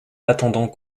attendant